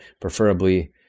preferably